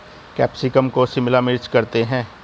capsicum को शिमला मिर्च करते हैं